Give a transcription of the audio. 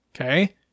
Okay